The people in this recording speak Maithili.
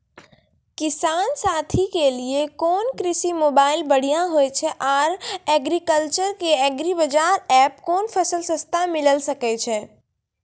किसान साथी के लिए कोन कृषि मोबाइल बढ़िया होय छै आर एग्रीकल्चर के एग्रीबाजार एप कोन फसल सस्ता मिलैल सकै छै?